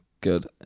good